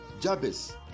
Jabez